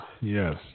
Yes